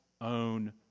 own